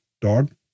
dog